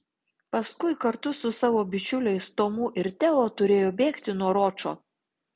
paskui kartu su savo bičiuliais tomu ir teo turėjo bėgti nuo ročo